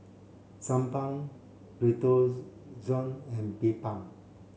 Sebamed Redoxon and Bedpan